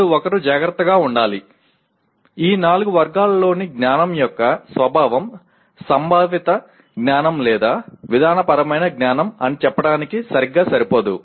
ఇప్పుడు ఒకరు జాగ్రత్తగా ఉండాలి ఈ నాలుగు వర్గాలలోని జ్ఞానం యొక్క స్వభావం సంభావిత జ్ఞానం లేదా విధానపరమైన జ్ఞానం అని చెప్పడానికి సరిగ్గా సరిపోదు